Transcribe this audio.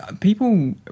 people